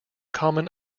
common